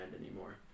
anymore